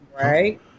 Right